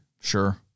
sure